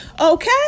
Okay